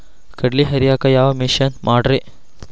ಕಡ್ಲಿ ಹರಿಯಾಕ ಯಾವ ಮಿಷನ್ ಪಾಡ್ರೇ?